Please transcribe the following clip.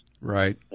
Right